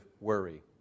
worry